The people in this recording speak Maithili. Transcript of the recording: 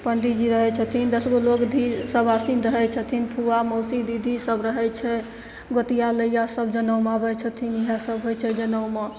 पण्डीजी रहै छथिन दस गो लोक धी सुआसिन रहै छथिन फुआ मौसी दीदी सभ रहै छै गोतिआ लैआँ सब जनउमे आबै छथिन इएहसब होइ छै जनउमे